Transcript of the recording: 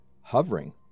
hovering